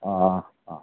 अँ